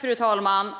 Fru talman!